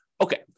Okay